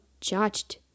judged